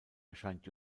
erscheint